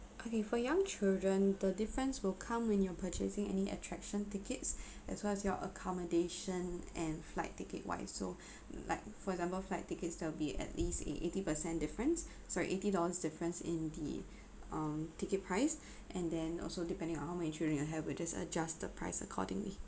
okay for young children the difference will come when you're purchasing any attraction tickets as well as your accommodation and flight ticket wise so mm like for example flight tickets there'll be at least a eighty percent difference sorry eighty dollars difference in the um ticket price and then also depending on how many children you have we'll just adjust the price accordingly